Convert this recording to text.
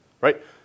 right